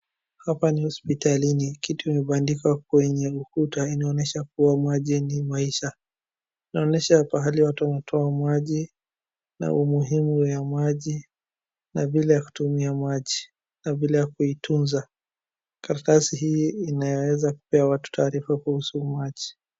Hapa ni hosipitalini, kitu imeandikwa kwenye ukuta inaonyesha kuwa maji ni maisha. Inaonyesha pahali watu wanatoa maji na umuhimu ya maji, na vile ya kutumia maji, na vile ya kuitunza karatasi hii inaweza kupea watu taarifa kuhusu maji.